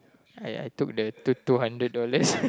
I I took the two two hundred dollars